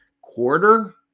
quarter